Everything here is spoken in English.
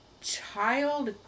child